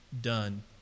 Done